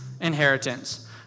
inheritance